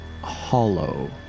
hollow